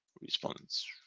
Response